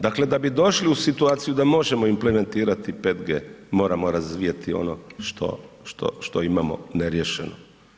Dakle, da bi došli u situaciju da možemo implementirati 5G, moramo razvijati ono što imamo neriješeno.